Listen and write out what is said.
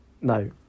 No